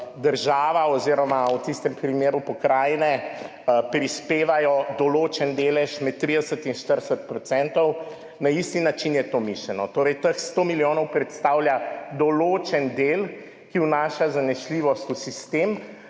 država oziroma v tistem primeru pokrajine prispevajo določen delež med 30 in 40 odstotkov. Na isti način je to mišljeno. Torej, teh 100 milijonov predstavlja določen del, ki vnaša zanesljivost v sistem,